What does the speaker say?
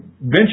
venture